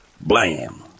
Blam